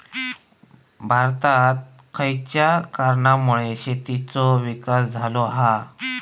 भारतात खयच्या कारणांमुळे शेतीचो विकास झालो हा?